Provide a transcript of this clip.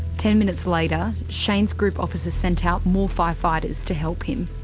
ten minutes later, shane's group officer sent out more firefighters to help him.